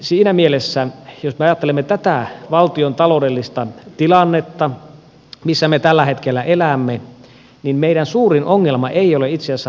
siinä mielessä jos me ajattelemme tätä valtion taloudellista tilannetta missä me tällä hetkellä elämme niin meidän suurin ongelma ei ole itse asiassa verokilpailukyky